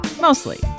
Mostly